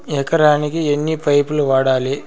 ఎకరాకి ఎన్ని పైపులు వాడాలి?